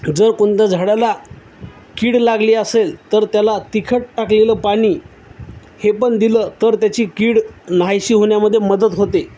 जर कोणत्या झाडाला किड लागली असेल तर त्याला तिखट टाकलेलं पाणी हे पण दिलं तर त्याची किड नाहीशी होण्यामध्ये मदत होते